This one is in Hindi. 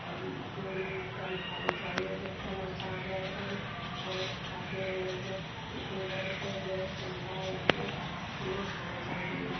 अब पूरी कम खाने चाहिए जैसे समोसा हो गया सब बहुत खाते हैं लोग लेकिन बहुत गैस बनता है इससे ना खाना चाहिए